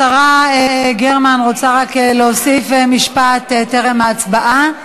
השרה גרמן רוצה רק להוסיף משפט טרם ההצבעה.